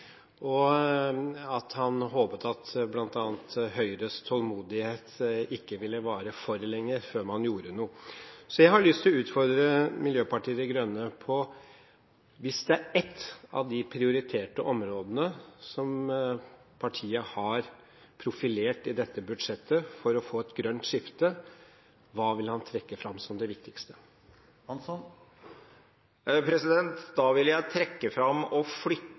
og at han håpet at bl.a. Høyres tålmodighet ikke ville vare for lenge før man gjorde noe. Jeg har lyst til å utfordre Miljøpartiet De Grønne på følgende: Hvis det er ett av de prioriterte områdene som partiet har profilert i dette budsjettet for å få et grønt skifte, hva ville han trekke fram som det viktigste? Da ville jeg trekke fram følgende: Jeg ville flytte rammevilkårene som i dag gjør norsk olje- og